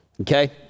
okay